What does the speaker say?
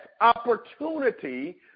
opportunity